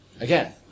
Again